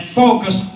focus